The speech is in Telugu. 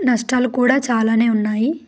నష్టాలు కూడా చాలానే ఉన్నాయి